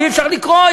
אי-אפשר לקרוא,